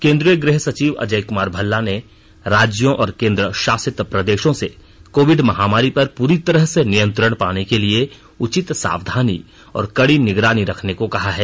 केंद्रीय गृह सचिव अजय कुमार भल्ला ने राज्यों और केंद्र शासित प्रदेशों से कोविड महामारी पर पूरी तरह से नियंत्रण पाने के लिए उचित सावधानी और कड़ी निगरानी रखने को कहा है